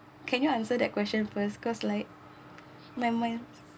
can you answer that question first cause like my my